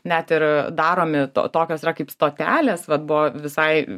net ir daromi tokios yra kaip stotelės vat buvo visai